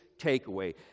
takeaway